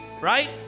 right